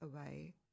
away